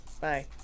Bye